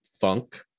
funk